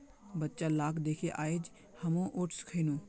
बच्चा लाक दखे आइज हामो ओट्स खैनु